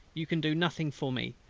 you can do nothing for me.